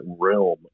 realm